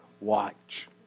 watch